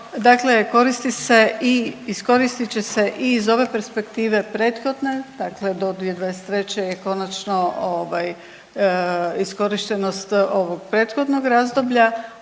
iskoristit će se i iz ove perspektive prethodne. Dakle, do 2023. je konačno iskorištenost ovog prethodnog razdoblja,